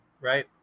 right